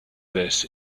this